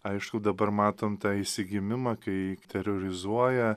aišku dabar matom tą išsigimimą kai terorizuoja